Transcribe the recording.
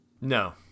No